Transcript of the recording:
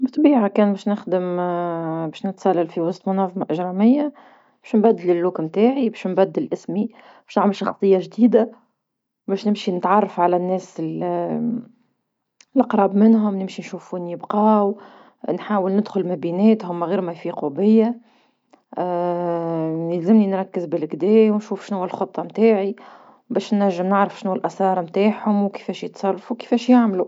بطبيعة كان باش نخدم باش نتسلل في وسط منظمة إجرامية، باش نبدل اللوك نتاعي باش نبدل اسمي، باش نعمل شخصية جديدة، باش نمشي نتعرف على الناس القراب منهم نمشي نشوف وين يبقاو، نحاول ندخل ما بيناتهم من غير ما يفيقوا بيا يلزمني نركز بالكدايا ونشوف شنوا الخطة نتاعي، باش نعرف شنو الأسرار نتاعهم وكيفاش يتصرفو وكفاش يعملو.